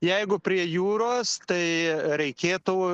jeigu prie jūros tai reikėtų